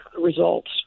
results